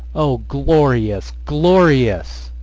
oh, glorious! glorious!